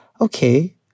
Okay